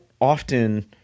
often